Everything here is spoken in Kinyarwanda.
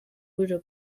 guhurira